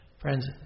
friends